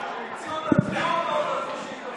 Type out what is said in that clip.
ביום האחרון הקודם העליתי.